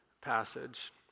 passage